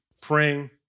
praying